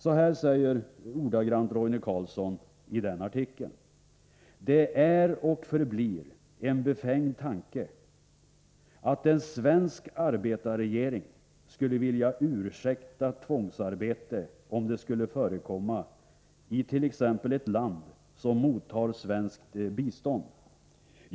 Så här säger Roine Carlsson ordagrant i den artikeln: ”Det är och förblir en befängd tanke att en svensk arbetarregering skulle vilja ursäkta tvångsarbete om det skulle förekomma i t ex ett land som mottar svenskt bistånd.